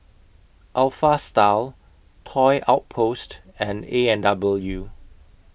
Alpha Style Toy Outpost and A and W